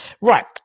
right